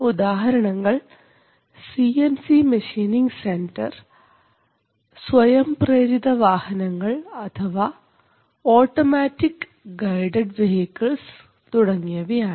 ഉദാഹരണങ്ങൾ C N C machining centre സ്വയം പ്രേരിത വാഹനങ്ങൾ അഥവാ ഓട്ടോമാറ്റിക് ഗൈഡഡ് വെഹിക്കിൾസ് തുടങ്ങിയവയാണ്